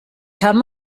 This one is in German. kann